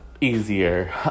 easier